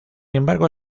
embargo